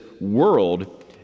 world